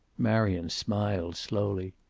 marion smiled slowly.